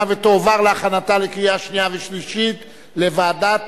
ותועבר להכנתה לקריאה שנייה ושלישית לוועדת